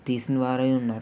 తీసినవారైవున్నారు